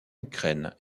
ukraine